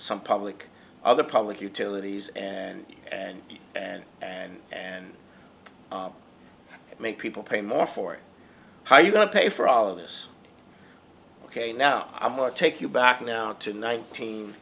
some public other public utilities and and and and and make people pay more for it how are you going to pay for all of this ok now i'm going to take you back now to nineteen